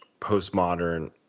postmodern